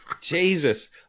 jesus